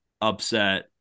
upset